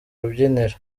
rubyiniro